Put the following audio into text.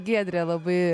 giedrė labai